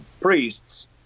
priests